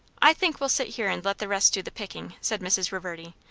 i think we'll sit here and let the rest do the picking, said mrs. reverdy,